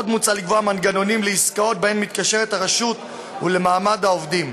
עוד מוצע לקבוע מנגנונים לעסקאות שבהן מתקשרת הרשות ולמעמד העובדים.